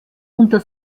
unter